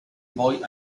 boy